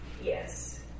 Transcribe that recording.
yes